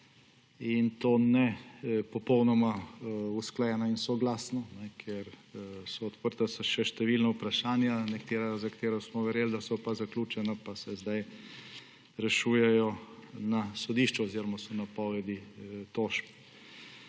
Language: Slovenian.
in to ne popolnoma usklajeno in soglasno, ker so še odprta številna vprašanja, za katera smo verjeli, da so zaključena, pa se zdaj rešujejo na sodišču oziroma so napovedi tožb.